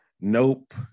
Nope